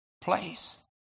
place